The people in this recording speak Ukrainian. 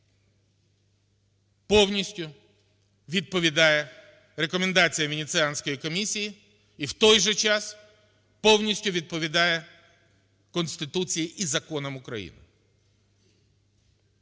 повністю відповідає рекомендаціям Венеціанської комісії і, в той же час, повністю відповідає Конституції і законам України.